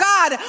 God